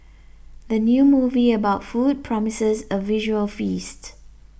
the new movie about food promises a visual feast